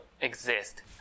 exist